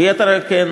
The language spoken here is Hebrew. ויתר על כן,